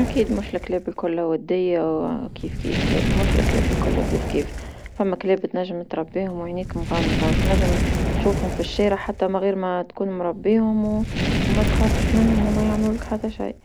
أكيد مش لكلاب كلها ودية كيف كيف لا مش لكلاب كلها كيف كيف، ثما كلاب تنجم تربيهم وعنيك مغمضة وتنجم تشوفهم في شارع حتى ما غير ما تكون مربيهوم و- وما تخافش منهم وميعملولك حتى شيء،